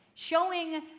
Showing